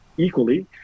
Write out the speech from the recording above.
equally